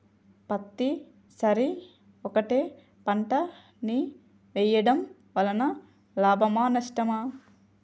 పత్తి సరి ఒకటే పంట ని వేయడం వలన లాభమా నష్టమా?